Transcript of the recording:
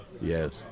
Yes